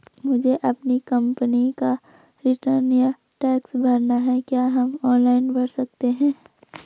मुझे अपनी कंपनी का रिटर्न या टैक्स भरना है क्या हम ऑनलाइन भर सकते हैं?